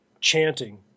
chanting